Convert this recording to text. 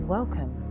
Welcome